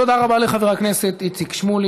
תודה רבה לחבר הכנסת איציק שמולי.